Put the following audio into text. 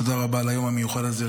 תודה רבה על היום המיוחד הזה.